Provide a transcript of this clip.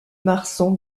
marsan